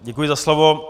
Děkuji za slovo.